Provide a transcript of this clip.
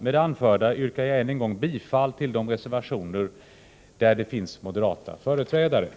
Med det anförda yrkar jag än en gång bifall till de reservationer som de moderata ledamöterna i utskottet undertecknat.